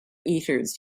eaters